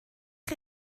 chi